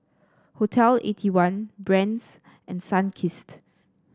Hotel Eighty one Brand's and Sunkist